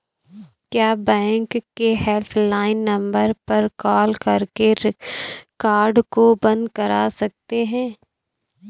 क्या बैंक के helpline number पर कॉल करके कार्ड को बंद करा सकते हैं?